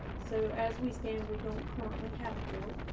so as we stand, we don't currently have a board.